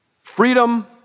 freedom